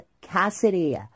Cassidy